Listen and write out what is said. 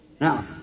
Now